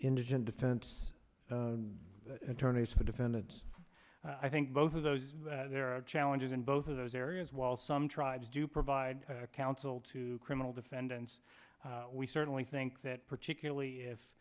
indigent defense attorneys for defendants i think both of those there are challenges in both of those areas while some tribes do provide counsel to criminal defendants we certainly think that particularly if